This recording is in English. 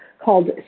called